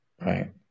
right